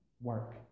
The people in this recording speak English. work